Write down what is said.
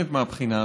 חבר הכנסת דב חנין?